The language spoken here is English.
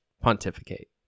pontificate